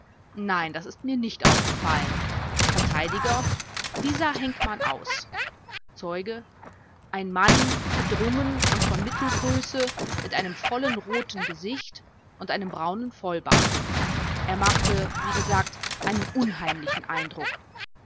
nein das ist mir nicht aufgefallen vert wie sah henkmann aus zeuge ein mann gedrungen und von mittelgröße mit einem vollen roten gesicht und einen braunen vollbart er machte wie gesagt einen unheimlichen eindruck